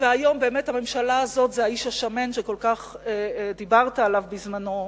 והיום באמת הממשלה הזאת זה האיש השמן שכל כך דיברת עליו בזמנו,